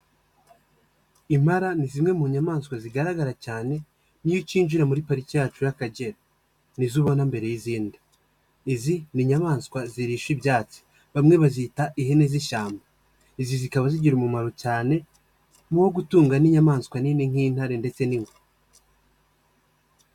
Impala ni zimwe mu nyamaswa zigaragara cyane, iyo ucyinjira muri pariki yacu y'akagera ,nizo ubona mbere y'izindi izi ni inyamaswa zirisha ibyatsi, bamwe bazita ihene z'ishyamba, izi zikaba zigira umumaro cyane, uwo gutunga n'inyamaswa nini nk'intare ndetse n'ingwe.